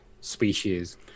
species